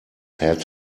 had